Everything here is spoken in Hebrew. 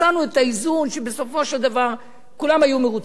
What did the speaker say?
מצאנו את האיזון שבסופו של דבר כולם היו מרוצים.